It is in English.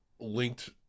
linked